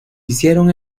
hicieron